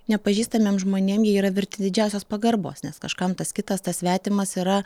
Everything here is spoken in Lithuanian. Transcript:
nepažįstamiem žmonėm jie yra verti didžiausios pagarbos nes kažkam tas kitas tas svetimas yra